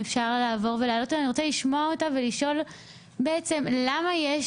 אני רוצה לשמוע אותה ולשאול בעצם למה יש